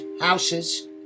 houses